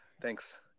Thanks